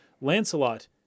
Lancelot